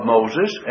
Moses